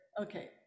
okay